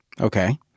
Okay